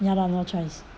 ya lor no choice